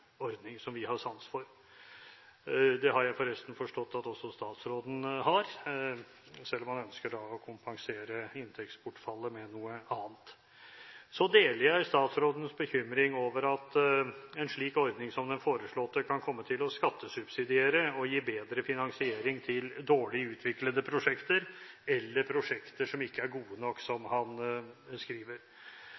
ordning som vi har sans for. Det har jeg forresten forstått at også statsråden har, selv om han ønsker å kompensere inntektsbortfallet med noe annet. Så deler jeg statsrådens bekymring over at en slik ordning som den foreslåtte, kan komme til å skattesubsidiere og gi bedre finansiering til dårlig utviklede prosjekter, eller prosjekter som ikke er «gode nok», som